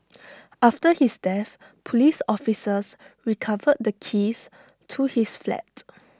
after his death Police officers recovered the keys to his flat